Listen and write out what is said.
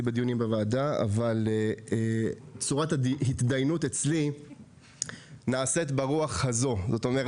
אבל צורת ההתדיינות אצלי נעשית ברוח הזאת אני יודע